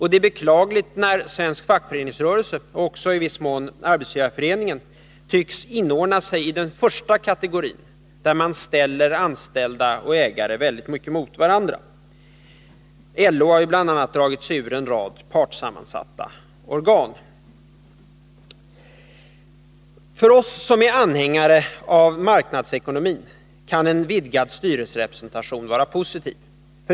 Det är beklagligt att fackföreningsrörelsen och i viss mån även Arbetsgivareföreningen tycks inordna sig i den första kategorin, där man ställer anställda och ägare emot varandra. LO har bl.a. dragit sig ur en rad partssammansatta organ. För oss som är anhängare av marknadsekonomin kan en vidgad styrelserepresentation vara positiv.